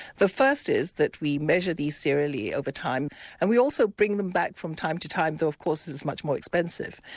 the first is that we measure these serially over time and we also bring them back from time to time, though of course this is much more expensive.